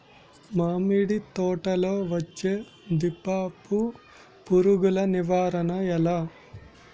మామిడి తోటలో వచ్చే దీపపు పురుగుల నివారణ ఎలా?